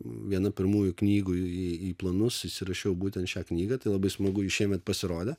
viena pirmųjų knygų į planus įsirašiau būtent šią knygą tai labai smagu ji šiemet pasirodė